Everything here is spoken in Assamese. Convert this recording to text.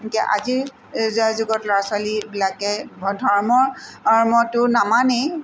আজিৰ জয়যুগত ল'ৰা ছোৱালীবিলাকে ধৰ্মৰ ধৰ্মটো নামানেই